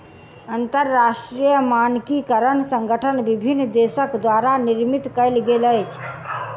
अंतरराष्ट्रीय मानकीकरण संगठन विभिन्न देसक द्वारा निर्मित कयल गेल अछि